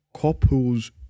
couples